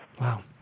Wow